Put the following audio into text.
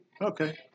Okay